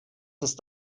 ist